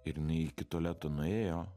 ir jinai iki tualeto nuėjo